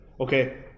Okay